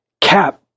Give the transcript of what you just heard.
Cap